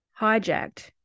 hijacked